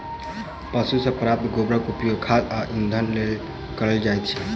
पशु सॅ प्राप्त गोबरक उपयोग खाद आ इंधनक लेल कयल जाइत छै